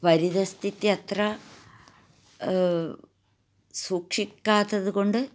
പരിതസ്ഥിതി അത്ര സൂക്ഷിക്കാത്തത് കൊണ്ട്